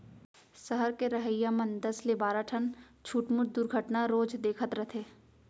सहर के रहइया मन दस ले बारा ठन छुटमुट दुरघटना रोज देखत रथें